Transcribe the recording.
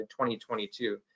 2022